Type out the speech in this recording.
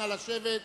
נא לשבת.